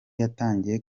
yatangiye